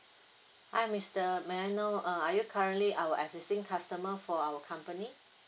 hi mister may I know err are you currently our existing customer for our company